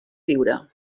viure